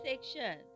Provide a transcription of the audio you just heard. section